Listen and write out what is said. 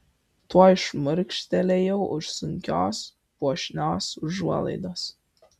tuoj šmurkštelėjau už sunkios puošnios užuolaidos